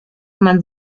man